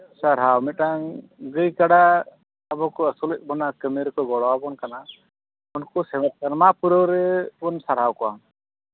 ᱥᱟᱨᱦᱟᱣ ᱢᱤᱫᱴᱟᱱ ᱜᱟᱹᱭ ᱠᱟᱰᱟ ᱟᱵᱚ ᱠᱚ ᱟᱹᱥᱩᱞᱮᱫ ᱵᱚᱱᱟ ᱠᱟᱹᱢᱤ ᱨᱮᱠᱚ ᱜᱚᱲᱚᱣᱟᱵᱚᱱ ᱠᱟᱱᱟ ᱩᱱᱠᱩ ᱥᱮᱨᱢᱟ ᱯᱩᱨᱟᱹᱣ ᱨᱮ ᱵᱚᱱ ᱥᱟᱨᱦᱟᱣ ᱠᱚᱣᱟ